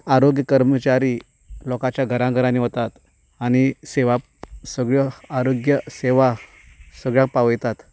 आरोग्य कर्मचारी लोकाच्या घराघरांनी वतात आनी सेवा सगल्यो आरोग्य सेवा सगल्यांक पावयतात